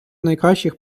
найкращих